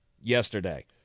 yesterday